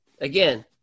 again